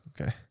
Okay